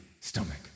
stomach